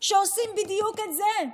שעושים בדיוק את זה.